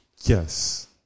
Yes